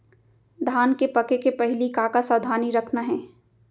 धान के पके के पहिली का का सावधानी रखना हे?